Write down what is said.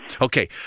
Okay